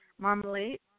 Marmalade